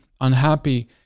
unhappy